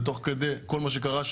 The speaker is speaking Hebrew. ותוך כדי כל מה שקרה,